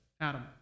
Adam